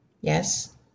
Yes